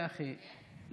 (אומר דברים בשפה הערבית,